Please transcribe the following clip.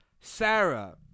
Sarah